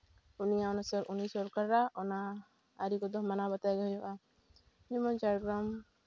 ᱩᱱᱤᱭᱟᱜ ᱚᱱᱟ ᱩᱱᱤ ᱥᱚᱨᱠᱟᱨᱟᱜ ᱚᱱᱟ ᱟᱹᱨᱤ ᱠᱚᱫᱚ ᱢᱟᱱᱟᱣ ᱵᱟᱛᱟᱣ ᱜᱮ ᱦᱩᱭᱩᱜᱼᱟ ᱡᱮᱢᱚᱱ ᱡᱷᱟᱲᱜᱨᱟᱢ